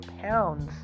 pounds